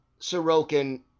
Sorokin